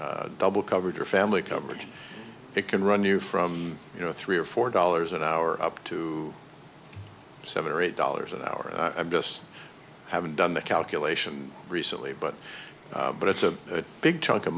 or double coverage or family coverage it can run you from you know three or four dollars an hour up to seven or eight dollars an hour just haven't done the calculation recently but but it's a big chunk of